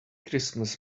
christmas